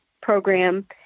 program